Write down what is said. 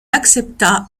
accepta